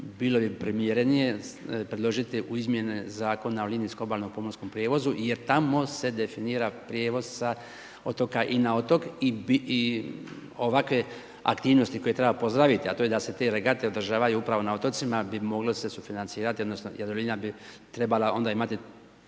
bilo je primjerenije predložiti u izmjene zakonska o linijskom obalnom pomorskom prijevozu jer tamo se definira prijevoz sa otoka i na otok i ovakve aktivnosti koje treba pozdraviti, a to je da se te regate održavaju upravo na otocima, bi moglo se sufinancirati odnosno, Jadrolinija bi trebala onda imati